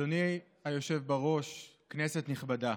אדוני היושב בראש, כנסת נכבדה,